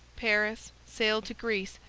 paris sailed to greece,